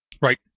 Right